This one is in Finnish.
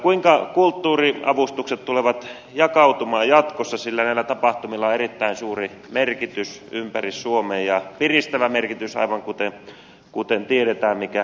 kuinka kulttuuriavustukset tulevat jakautumaan jatkossa sillä näillä tapahtumilla on erittäin suuri merkitys ympäri suomea ja piristävä merkitys aivan kuten tiedetään mikä kulttuurilla on